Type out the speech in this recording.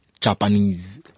japanese